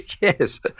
yes